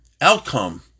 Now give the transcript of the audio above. outcome